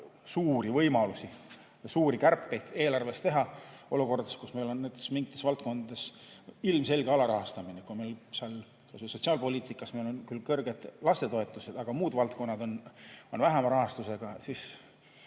suuri võimalusi suuri kärpeid eelarves teha olukorras, kus meil on mingites valdkondades ilmselge alarahastamine. Kas või sotsiaalpoliitikas, kus meil on küll kõrged lastetoetused, aga muud valdkonnad on vähema rahastusega, on